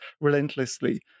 relentlessly